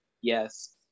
Yes